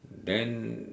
then